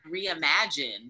reimagine